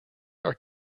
are